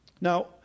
Now